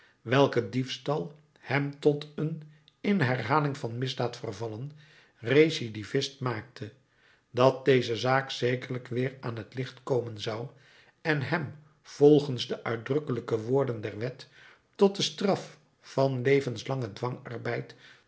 welke diefstal hem tot een in herhaling van misdaad vervallen recidivist maakte dat deze zaak zekerlijk weer aan t licht komen zou en hem volgens de uitdrukkelijke woorden der wet tot de straf van levenslangen